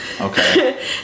Okay